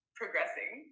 progressing